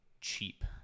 cheap